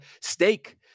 stake